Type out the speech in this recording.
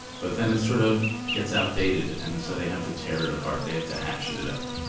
but then it sort of gets outdated and so they have to tear it apart. they have to hatchet it up,